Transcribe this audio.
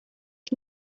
ich